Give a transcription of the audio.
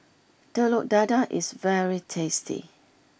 Telur Dadah is very tasty